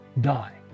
die